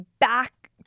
back